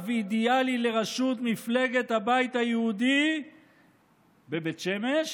ואידיאלי לראשות מפלגת הבית היהודי בבית שמש